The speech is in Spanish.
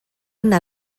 una